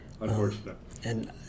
Unfortunately